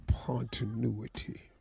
continuity